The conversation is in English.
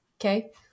Okay